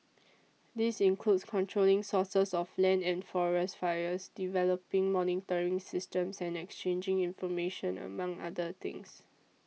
this includes controlling sources of land and forest fires developing monitoring systems and exchanging information among other things